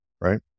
right